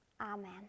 Amen